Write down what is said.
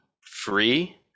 free